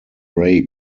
ray